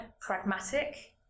Pragmatic